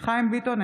חיים ביטון,